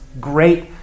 great